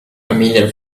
familiar